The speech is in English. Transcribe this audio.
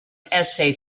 essay